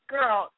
Girl